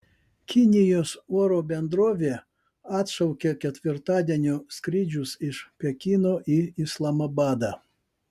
kinijos oro bendrovė atšaukė ketvirtadienio skrydžius iš pekino į islamabadą